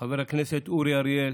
חבר הכנסת אורי אריאל